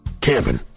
camping